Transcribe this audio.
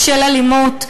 בשל אלימות,